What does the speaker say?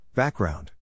Background